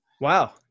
Wow